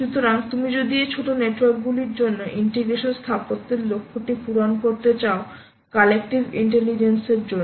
সুতরাং তুমি যদি এই ছোট নেটওয়ার্কগুলির জন্য ইন্টিগ্রেশন স্থাপত্যের লক্ষ্যটি পূরণ করতে চাও কালেক্টিভ ইন্টেলিজেন্স এর জন্য